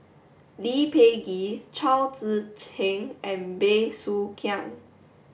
Lee Peh Gee Chao Tzee Cheng and Bey Soo Khiang